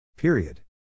Period